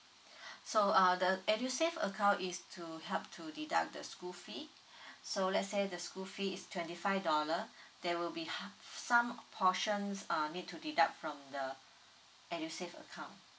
so uh the edusave account is to help to deduct the school fee so let's say the school fee is twenty five dollar there will be some portions uh need to be deduct from the edusave account